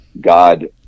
God